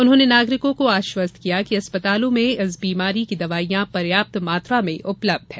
उन्होंने नागरिकों को आश्वस्त किया कि अस्पतालों में इस बीमारी की दवाइयां पर्याप्त मात्रा में उपलब्ध हैं